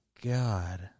god